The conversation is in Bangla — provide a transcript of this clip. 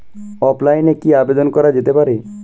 অফলাইনে কি আবেদন করা যেতে পারে?